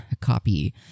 copy